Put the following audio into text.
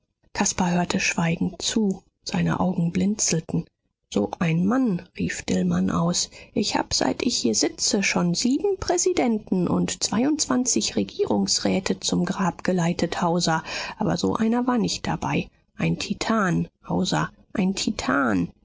caspar hörte schweigend zu seine augen blinzelten so ein mann rief dillmann aus ich hab seit ich hier sitze schon sieben präsidenten und zweiundzwanzig regierungsräte zum grab geleitet hauser aber so einer war nicht dabei ein titan hauser ein titan